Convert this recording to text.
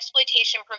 Exploitation